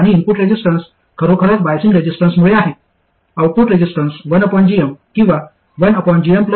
आणि input resistance खरोखरच biasing रेसिस्टन्समुळे आहे आउटपुट रेसिस्टन्स 1gm किंवा 1gmgds आहे